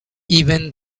even